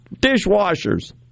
dishwashers